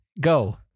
Go